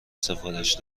سفارش